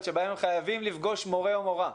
שבהם הם חייבים לפגוש מורה או מורה,